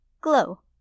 Glow